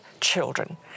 children